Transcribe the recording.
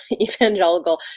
evangelical